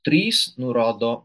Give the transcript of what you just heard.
trys nurodo